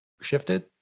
shifted